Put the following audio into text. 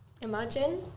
Imagine